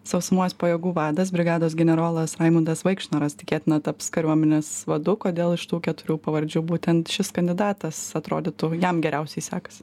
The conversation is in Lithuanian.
sausumos pajėgų vadas brigados generolas raimundas vaikšnoras tikėtina taps kariuomenės vadu kodėl iš tų keturių pavardžių būtent šis kandidatas atrodytų jam geriausiai sekasi